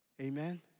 Amen